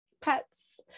pets